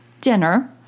dinner